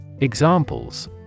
Examples